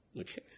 Okay